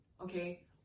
okay